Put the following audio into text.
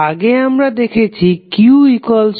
তো আগে আমরা দেখাছি qCv